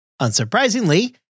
Unsurprisingly